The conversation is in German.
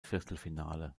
viertelfinale